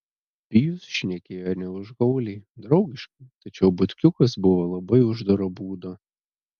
pijus šnekėjo ne užgauliai draugiškai tačiau butkiukas buvo labai uždaro būdo